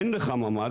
אין לך ממ"ד,